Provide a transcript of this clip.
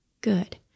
Good